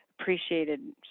appreciated